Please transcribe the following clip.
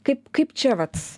kaip kaip čia vat